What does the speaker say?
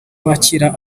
wakira